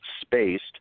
Spaced